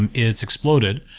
and it's exploded,